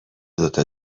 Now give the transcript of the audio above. دوتا